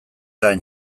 garen